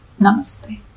Namaste